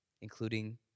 including